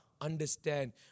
understand